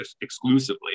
exclusively